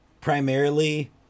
primarily